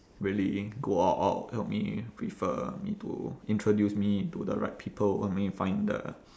really go all out help me refer me to introduce me to the right people help me find the